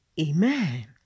Amen